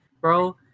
bro